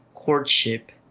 courtship